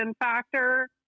factor